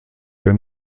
der